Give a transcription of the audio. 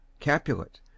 capulet